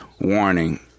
Warning